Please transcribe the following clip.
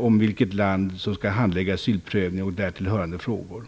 om vilket land som skall hantera asylprövningen och därtill hörande frågor.